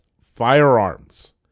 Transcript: firearms